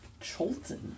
Cholton